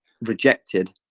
rejected